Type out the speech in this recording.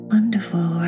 Wonderful